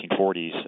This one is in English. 1940s